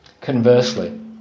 Conversely